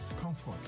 comfort